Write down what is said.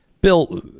Bill